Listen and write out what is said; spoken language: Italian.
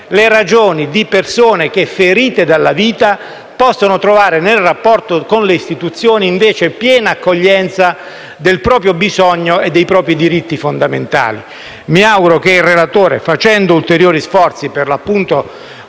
le ragioni di persone che, ferite dalla vita, possono invece trovare nel rapporto con le istituzioni piena accoglienza del proprio bisogno e dei propri diritti fondamentali. Mi auguro che il relatore, facendo ulteriori sforzi, come